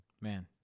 man